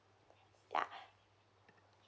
ya